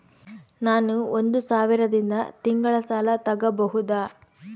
ನಾನು ಒಂದು ಸಾವಿರದಿಂದ ತಿಂಗಳ ಸಾಲ ತಗಬಹುದಾ?